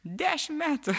dešimt metų